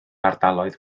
ardaloedd